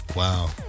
Wow